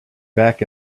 back